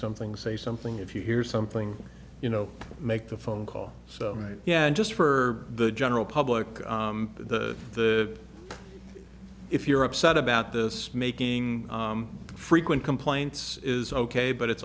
something say something if you hear something you know make the phone call so yeah just for the general public the the if you're upset about this making frequent complaints is ok but it's